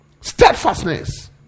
steadfastness